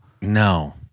No